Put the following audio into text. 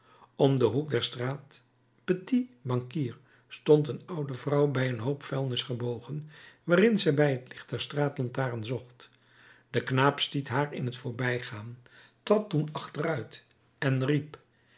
om den hoek der straat petit banquier stond een oude vrouw bij een hoop vuilnis gebogen waarin zij bij het licht der straatlantaarn zocht de knaap stiet haar in het voorbijgaan trad toen achteruit en riep